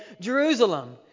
Jerusalem